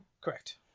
Correct